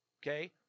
Okay